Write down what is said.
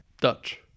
Dutch